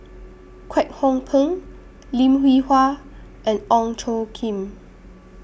Kwek Hong Png Lim Hwee Hua and Ong Tjoe Kim